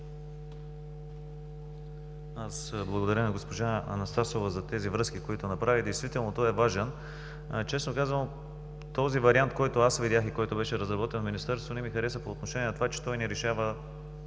Благодаря на госпожа Анастасова за тези връзки, които направи. Действително той е важен. Честно казано, този вариант, който видях и който беше разработен от Министерството, не ми хареса по отношение на това, че той не решава,